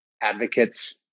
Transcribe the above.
advocates